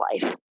life